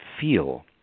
feel